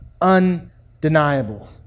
undeniable